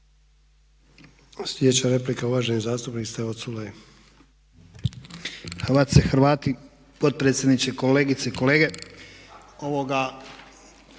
uvijek